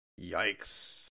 Yikes